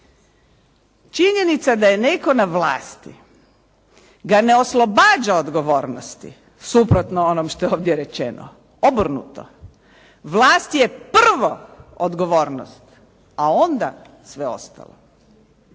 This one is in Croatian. Činjenica da je netko na vlasti ga ne oslobađa odgovornosti, suprotno onom što je ovdje rečeno. Obrnuto. Vlast je prvo odgovornost, a onda sve ostalo.